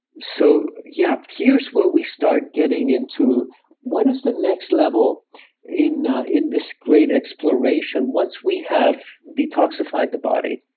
so, yeah, huge where we start getting into what is the next level in ah in this great exploration once we have detoxified the body,